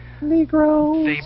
Negroes